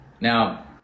Now